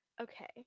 Okay